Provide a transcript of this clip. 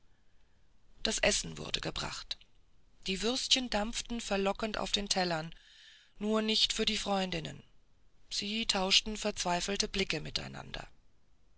das essen war gebracht worden die würstchen dampften verlockend auf den tellern nur nicht für die freundinnen sie tauschten verzweifelte blicke miteinander